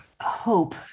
hope